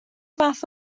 fath